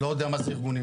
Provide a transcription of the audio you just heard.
לא יודע מה זה ארגונים,